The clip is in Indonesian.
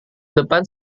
depan